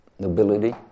nobility